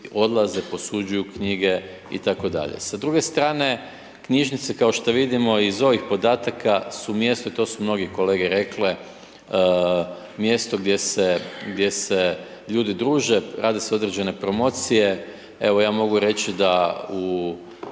posuđuju knjige itd. Sa druge strane, knjižnice, kao što vidimo iz ovih podataka su mjesto, to su mnogi kolege rekle, mjesto gdje se ljudi druže, rade se određene promocije, evo ja mogu reći da u